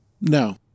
no